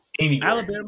Alabama